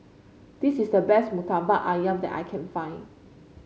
this is the best murtabak ayam that I can find